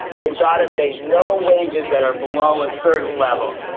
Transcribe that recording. they've got to say no wages that are below a certain level.